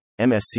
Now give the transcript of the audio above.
MSC